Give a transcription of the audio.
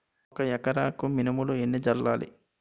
ఒక ఎకరాలకు మినువులు ఎన్ని చల్లాలి?